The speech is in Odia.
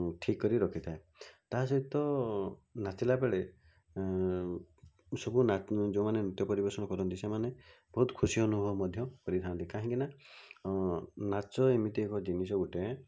ଠିକ୍ କରି ରଖିଥାଏ ତା'ସହିତ ନାଚିଲା ବେଳେ ସବୁ ନା ଯୋଉମାନେ ନୃତ୍ୟ ପରିବେଷଣ କରନ୍ତି ସେମାନେ ବହୁତ ଖୁସି ଅନୁଭବ ମଧ୍ୟ କରିଥାନ୍ତି କାହିଁକିନା ନାଚ ଏମିତି ଏକ ଜିନିଷ ଗୋଟେ